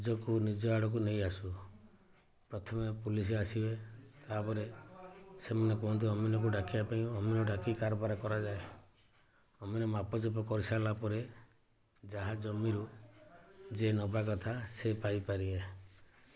ନିଜକୁ ନିଜ ଆଡ଼କୁ ନେଇ ଆସୁ ପ୍ରଥମେ ପୁଲିସ ଆସିବେ ତାପରେ ସେମାନେ କୁହନ୍ତି ଅମିନକୁ ଡାକିବା ପାଇଁ ଅମିନ ଡାକି କାରବାର କରାଯାଏ ଅମିନ ମାପଚୁପ କରିସାରିଲା ପରେ ଯାହା ଜମିରୁ ଯିଏ ନବା କଥା ସିଏ ପାଇପାରିବେ